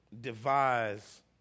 devise